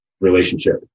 relationship